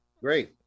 Great